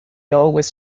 always